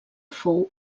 fou